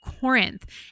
Corinth